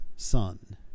son